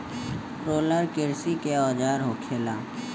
roller किरसी के औजार होखेला